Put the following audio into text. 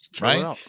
right